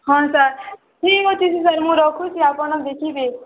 ହଁ ସାର୍ ଠିକ୍ ଅଛି ସାର୍ ମୁଁ ରଖୁଛି ଆପଣ ବୁଝିବେ